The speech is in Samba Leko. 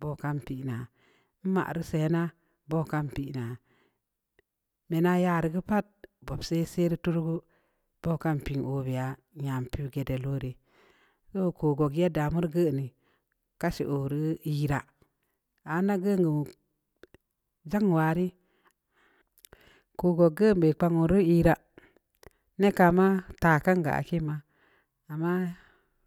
bukan pina'a mma ru sa'ay na bukan pina'a mə na ya rəgue pat bap say say tarague bukan piin ɔvia'a yan piue go də lorə so ku kugəy da murginii kashi ɔrue yəra a na guongue ndzan warə kukogue bə pan ɔru əra nə kama'a ta kanga a kii amma.